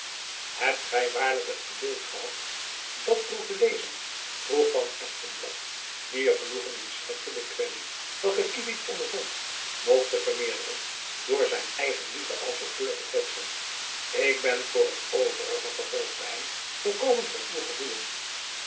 hebt gy waarlijk het geduld gehad dat prul te lezen vroeg van espenblad die er genoegen in schepte de kwelling welke kievit ondervond nog te vermeerderen door zijn eigenliefde als autheur te kwetsen ik ben voor t overige vervolgde hy volkomen van uw gevoelen